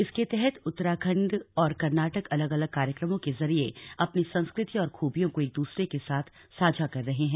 इसके तहत उत्तराखंड और कर्नाटक अलग अलग कार्यक्रमों के जरिये अपनी संस्कृति और खूबियों का एक दूसरे के साथ साझा कर रहे हैं